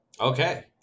Okay